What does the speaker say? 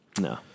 No